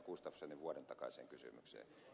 gustafssonin vuoden takaiseen kysymykseen